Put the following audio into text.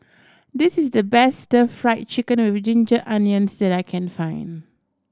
this is the best Fried Chicken with ginger onions that I can find